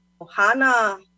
ohana